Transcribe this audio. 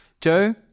Joe